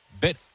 Bit